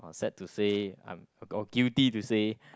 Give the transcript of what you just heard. orh sad to say I'm or guilty to say